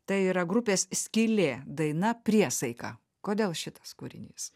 tai yra grupės skylė daina priesaika kodėl šitas kūrinys